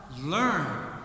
learn